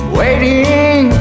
waiting